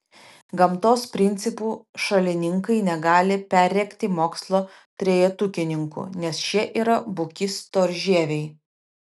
gamtos principų šalininkai negali perrėkti mokslo trejetukininkų nes šie yra buki storžieviai